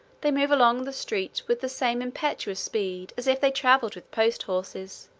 they move along the streets with the same impetuous speed as if they travelled with post-horses